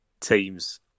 teams